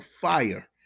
fire